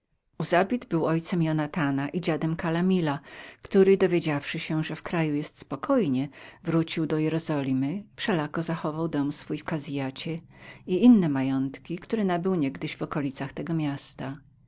uzabit był ojcem jonatana i dziadem kamilakalamila który dowiedziawszy się że w kraju wszystko było spokojnie wrócił do jerozolimy wszelako zachował dom swój w kaziacie i inne majątki które był nabył w okolicach tego miasta